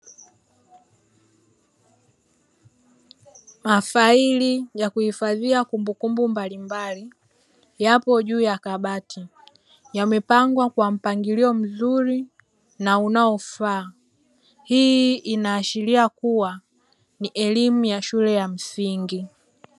Mafaili ya kuhifadhia kumbukumbu mbalimbali yapo juu ya kabati. Yamepangwa kwa mpangilio mzuri na unaofaa. Hii inaashiria kuwa ni elimu ya shule ya msingi.